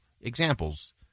examples